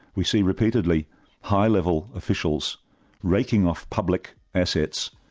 we see repeatedly high level officials raking off public assets,